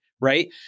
right